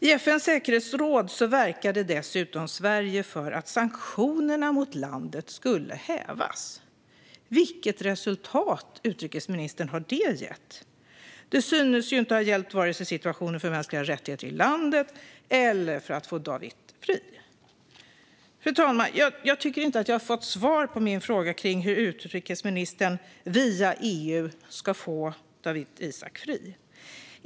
I FN:s säkerhetsråd verkade dessutom Sverige för att sanktionerna mot Eritrea skulle hävas. Vilket resultat har det gett, utrikesministern? Det synes inte ha hjälpt vare sig situationen för mänskliga rättigheter i landet eller för att få Dawit fri. Fru talman! Jag tycker inte att jag har fått svar på min fråga om hur utrikesministern via EU ska få Dawit Isaak fri.